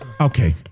okay